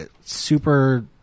Super